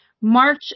March